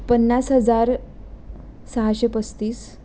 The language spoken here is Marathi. पन्नास हजार सहाशे पस्तीस